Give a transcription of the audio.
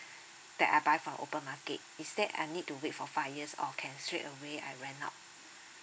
that I buy from open market is that I need to wait for five years or can straightaway I rent out